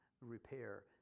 repair